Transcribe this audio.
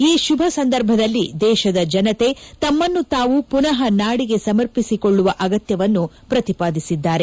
ಈ ಶುಭ ಸಂದರ್ಭದಲ್ಲಿ ದೇಶದ ಜನತೆ ತಮ್ಮನ್ನು ತಾವು ಮನಃ ನಾಡಿಗೆ ಸಮರ್ಪಿಸಿಕೊಳ್ಳುವ ಅಗತ್ಯವನ್ನು ಪ್ರತಿಪಾದಿಸಿದ್ದಾರೆ